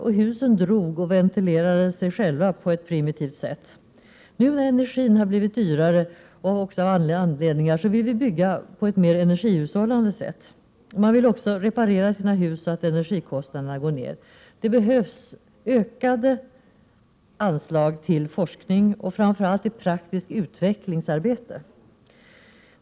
Det drog in i husen, och de ventilerade sig själva på ett primitivt sätt. Nu när energin har blivit dyrare — och även av andra anledningar — vill vi bygga på ett mer energihushållande sätt. Man vill också reparera sina hus så att energikostnaderna går ned. Det behövs ökade anslag till forskning och framför allt till praktiskt utvecklingsarbete.